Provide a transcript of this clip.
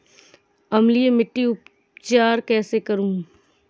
अम्लीय मिट्टी का उपचार कैसे करूँ?